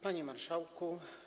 Panie Marszałku!